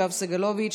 יואב סגלוביץ',